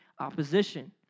opposition